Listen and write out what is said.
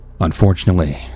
Unfortunately